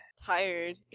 Tired